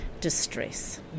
distress